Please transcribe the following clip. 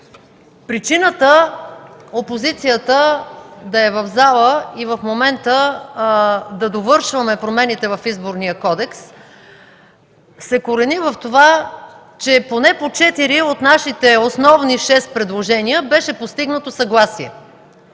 Причината опозицията да е в залата и в момента да довършваме промените в Изборния кодекс се корени в това, че поне по четири от нашите основни шест предложения беше постигнато съгласие.